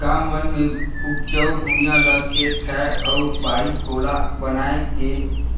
गाँव मन मे उपजऊ भुइयां ल खेत खायर अउ बाड़ी कोला बनाये के